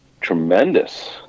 tremendous